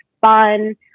fun